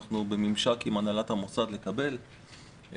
אנחנו בממשק עם הנהלת המוסד לביטוח לאומי כדי לקבל את הנתונים.